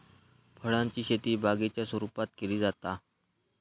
फळांची शेती बागेच्या स्वरुपात केली जाता